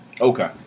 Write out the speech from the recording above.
Okay